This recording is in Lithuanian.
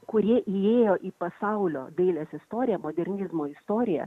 kurie įėjo į pasaulio dailės istoriją modernizmo istoriją